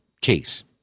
case